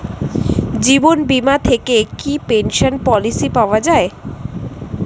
জীবন বীমা থেকে কি পেনশন পলিসি পাওয়া যায়?